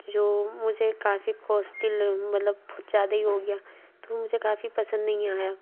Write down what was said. जो मुझे काफ़ी कॉस्टिल मतलब बहुत ज़्यादा ही हो गया तो मुझे काफ़ी पसंद नहीं आया